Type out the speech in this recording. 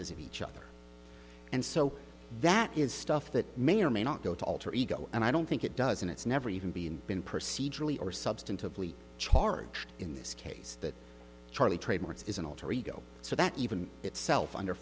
of each other and so that is stuff that may or may not go to alter ego and i don't think it does and it's never even been been procedurally or substantively charged in this case that charlie trademarks is an alter ego so that even itself under